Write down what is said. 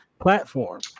platform